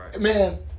Man